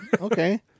Okay